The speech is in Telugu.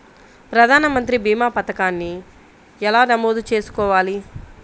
ప్రధాన మంత్రి భీమా పతకాన్ని ఎలా నమోదు చేసుకోవాలి?